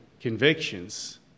convictions